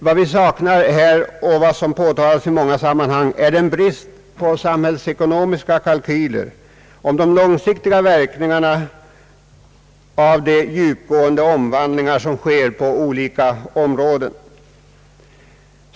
Vad vi saknar här och som påtalats i många sammanhang är den brist på samhällsekonomiska kalkyler om de långsiktiga verkningarna av de djupgå ende omvandlingar som sker på olika områden.